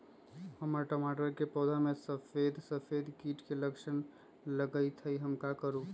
हमर टमाटर के पौधा में सफेद सफेद कीट के लक्षण लगई थई हम का करू?